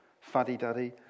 fuddy-duddy